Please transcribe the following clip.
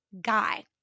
guy